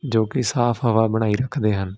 ਜੋ ਕਿ ਸਾਫ਼ ਹਵਾ ਬਣਾਈ ਰੱਖਦੇ ਹਨ